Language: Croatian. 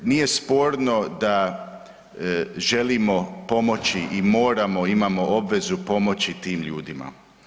Nije sporno da želimo pomoći i moramo imamo obvezu pomoći tim ljudima.